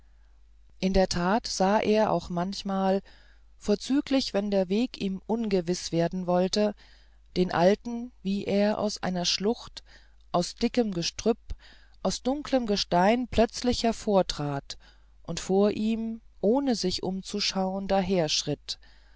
in der tat sah er auch manchmal vorzüglich wenn der weg ihm ungewiß werden wollte den alten wie er aus einer schlucht aus dickem gestrüpp aus dunklem gestein plötzlich hervortrat und vor ihm ohne sich umzuschauen